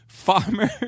farmer